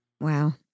Wow